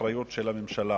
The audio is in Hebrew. זאת אחריות של הממשלה,